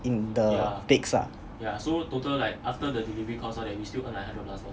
in the bakes ah